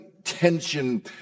Tension